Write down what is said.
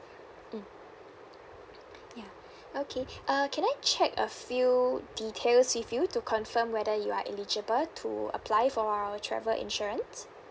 mm ya okay uh can I check a few details with you to confirm whether you are eligible to apply for our travel insurance